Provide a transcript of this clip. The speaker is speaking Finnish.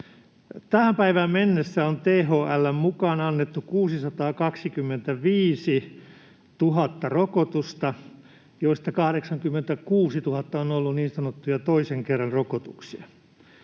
Tähän päivään mennessä on THL:n mukaan annettu 625 000 rokotusta, joista 86 000 on ollut niin sanottuja toisen kerran rokotuksia.